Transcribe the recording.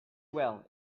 well